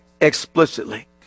explicitly